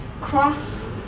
Cross